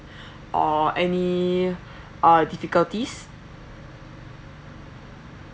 or any uh difficulties